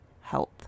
health